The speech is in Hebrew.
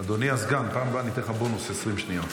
אדוני הסגן, פעם הבאה אני אתן לך בונוס 20 שניות.